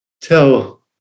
tell